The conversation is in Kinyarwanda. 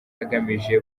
agamije